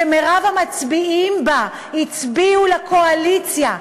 רוב המצביעים בה הצביעו לקואליציה,